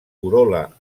corol·la